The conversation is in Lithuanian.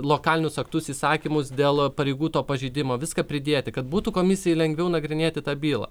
lokalinius aktus įsakymus dėl pareigų to pažeidimo viską pridėti kad būtų komisijai lengviau nagrinėti tą bylą